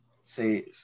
say